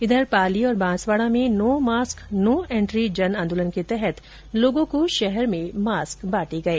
इधर पाली और बांसवाड़ा में नो मास्क नो एन्ट्री जन आंदोलन के तहत लोगों को शहर में मास्क बांटे गए